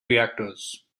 reactors